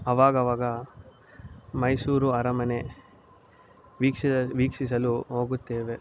ಆವಾಗಾವಾಗ ಮೈಸೂರು ಅರಮನೆ ವೀಕ್ಷಿಸಲು ವೀಕ್ಷಿಸಲು ಹೋಗುತ್ತೇವೆ